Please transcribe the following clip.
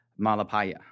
Malapaya